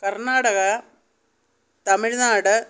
Karnataka Tamil Nadu